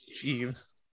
Jeeves